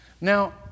Now